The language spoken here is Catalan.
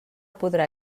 podrà